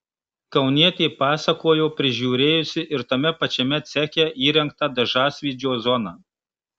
kaunietė pasakojo prižiūrėjusi ir tame pačiame ceche įrengtą dažasvydžio zoną